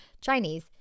Chinese